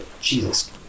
Jesus